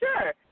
sure